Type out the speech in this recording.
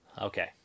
okay